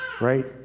right